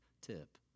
tip